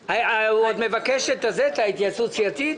הוא עוד מבקש התייעצות סיעתית?